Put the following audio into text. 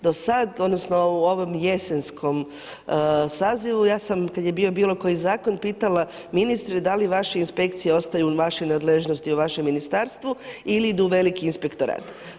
Do sada, odnosno, u ovom jesenskom sazivu, ja sam kada je bio bilo koji zakon, pitala, ministre, da li vaše inspekcije, ostaje u vašoj nadležnosti, u vašem ministarstvu ili idu u veliki inspektorat.